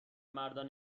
مردان